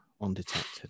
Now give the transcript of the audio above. undetected